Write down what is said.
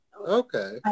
Okay